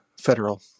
federal